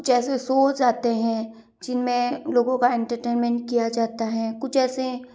जैसे सोज़ आते हैं जिनमें लोगों का एंटरटेनमेंट किया जाता है कुछ ऐसे